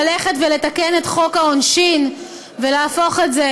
ללכת ולתקן את חוק העונשין ולהפוך את זה